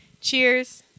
Cheers